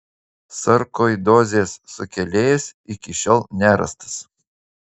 sarkoidozės sukėlėjas iki šiol nerastas